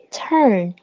turn